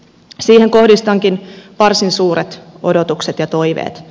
siihen kohdistankin varsin suuret odotukset ja toiveet